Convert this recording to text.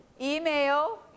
email